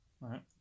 Right